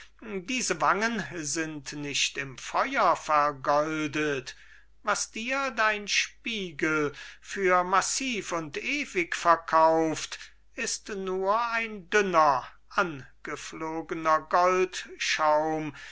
diese wangen sind nicht im feuer vergoldet was dir dein spiegel für massiv und ewig verkauft ist nur ein dünner angeflogener